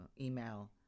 email